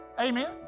Amen